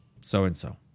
so-and-so